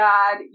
God